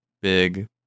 big